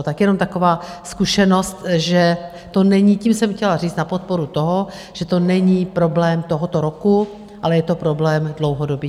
Tak jenom taková zkušenost že to není tím jsem chtěla říct na podporu toho, že to není problém tohoto roku, ale je to problém dlouhodobý.